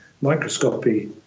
microscopy